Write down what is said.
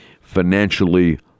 financially